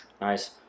Nice